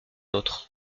autre